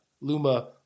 Luma